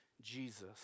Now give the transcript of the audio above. Jesus